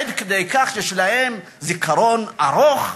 עד כדי כך יש להם זיכרון קצר?